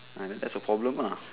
uh then that's your problem ah